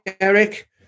Eric